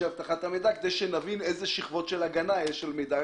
אבטחת המידע כדי שנבין איזה שכבות הגנה יש על מידע